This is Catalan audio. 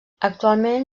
actualment